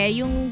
yung